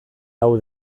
lau